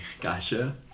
Gotcha